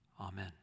Amen